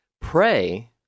Pray